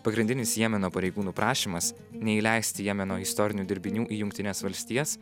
pagrindinis jemeno pareigūnų prašymas neįleisti jemeno istorinių dirbinių į jungtines valstijas